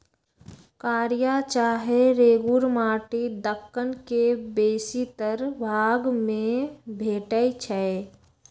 कारिया चाहे रेगुर माटि दक्कन के बेशीतर भाग में भेटै छै